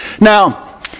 Now